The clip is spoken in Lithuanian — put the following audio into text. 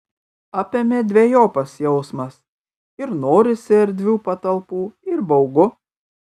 apėmė dvejopas jausmas ir norisi erdvių patalpų ir baugu